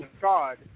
God